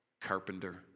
carpenter